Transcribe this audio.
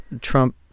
Trump